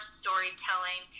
storytelling